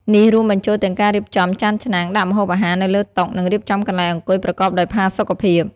នេះរួមបញ្ចូលទាំងការរៀបចំចានឆ្នាំង ដាក់ម្ហូបអាហារនៅលើតុ និងរៀបចំកន្លែងអង្គុយប្រកបដោយផាសុកភាព។